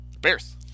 Bears